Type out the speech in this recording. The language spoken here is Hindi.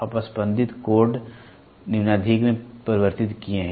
आप स्पंदित कोड न्यूनाधिक में परिवर्तित किए हैं